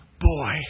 boy